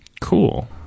cool